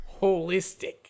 Holistic